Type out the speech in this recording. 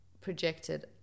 projected